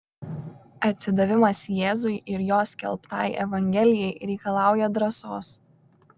atsidavimas jėzui ir jo skelbtai evangelijai reikalauja drąsos